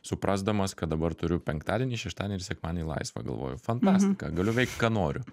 suprasdamas kad dabar turiu penktadienį šeštadienį ir sekmadienį laisvą galvoju fantastika galiu veikt ką noriu